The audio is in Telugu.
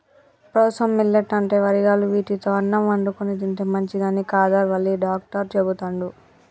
ప్రోసో మిల్లెట్ అంటే వరిగలు వీటితో అన్నం వండుకొని తింటే మంచిదని కాదర్ వల్లి డాక్టర్ చెపుతండు